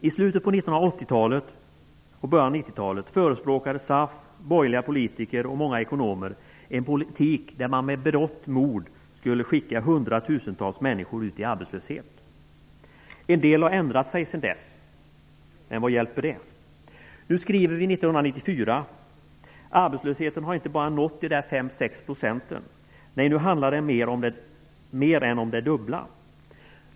I slutet av 1980-talet och i början av 1990-talet förespråkade SAF, borgerliga politiker och många ekonomer en politik där man med berått mod skulle skicka hundratusentals människor ut i arbetslöshet. En del har ändrat sig sedan dess. Men vad hjälper det? Nu skriver vi 1994. Arbetslösheten har inte bara nått de där 5--6 %. Nej, nu handlar det om mer än det dubbla.